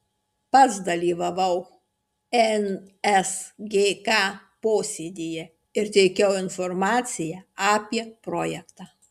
pats dalyvavau nsgk posėdyje ir teikiau informaciją apie projektą